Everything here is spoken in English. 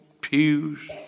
pews